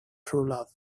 truelove